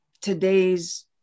today's